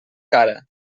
cara